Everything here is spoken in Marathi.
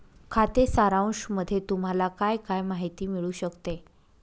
खाते सारांशामध्ये तुम्हाला काय काय माहिती मिळू शकते?